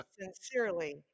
sincerely